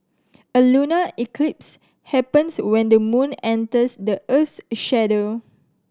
a lunar eclipse happens when the moon enters the earth's a shadow